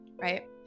right